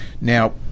Now